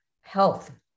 health